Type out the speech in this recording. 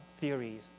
theories